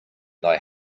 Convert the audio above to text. thy